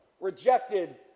rejected